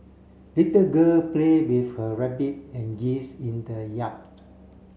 little girl play with her rabbit and geese in the yard